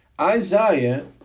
Isaiah